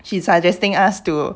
she suggesting us to